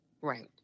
Right